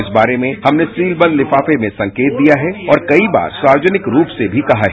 इस बारे में हमने सील बंद लिफाफे में संकेत दिया है और कई बार सार्वजनिक रूप से भी कहा है